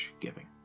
Giving